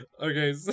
Okay